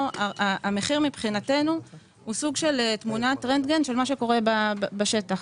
המחיר הוא סוג של תמונת רנטגן של מה שקורה בשטח.